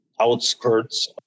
outskirts